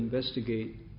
Investigate